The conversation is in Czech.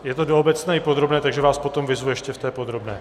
Je to do obecné i podrobné, takže vás potom vyzvu ještě v té podrobné.